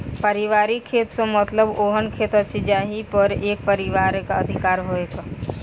पारिवारिक खेत सॅ मतलब ओहन खेत अछि जाहि पर एक परिवारक अधिकार होय